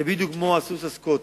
זה בדיוק כמו הסוס של הסקוטי.